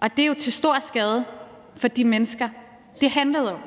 Og det var jo til stor skade for de mennesker, det handlede om.